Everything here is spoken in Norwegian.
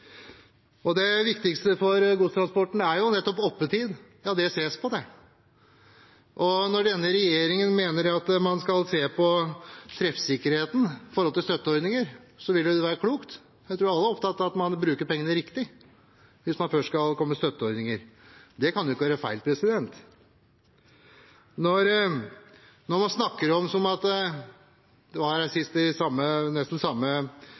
før. Det viktigste for godstransporten er nettopp oppetid. Det ses det på. Når denne regjeringen mener at man skal se på treffsikkerheten når det gjelder støtteordninger, er det klokt. Jeg tror alle er opptatt av at man bruker pengene riktig, hvis man først skal komme med støtteordninger. Det kan ikke være feil. Når man snakker om – det var sist her, i nesten samme